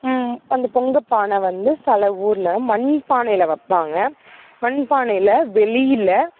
அந்த பொங்க பானை வந்து சில ஊரில் மண்பானையில் வைப்பாங்க மண் பானையில் வெளியில்